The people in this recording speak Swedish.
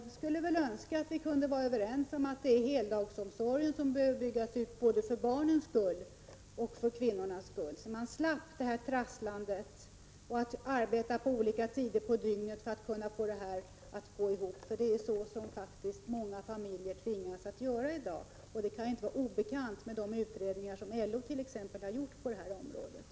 Jag skulle önska att vi kunde vara överens om att det är heldagsomsorgen som behöver byggas ut, både för barnens skull och för kvinnornas skull, så att man slipper allt trasslande, som t.ex. att arbeta på olika tider på dygnet för att få det hela att gå ihop — för det är faktiskt så många familjer tvingas att göra i dag. Detta kan inte vara obekant med tanke på de utredningar som t.ex. LO har gjort på det här området.